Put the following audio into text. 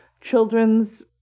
children's